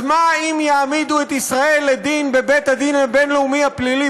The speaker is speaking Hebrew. אז מה אם יעמידו את ישראל לדין בבית-הדין הבין-לאומי הפלילי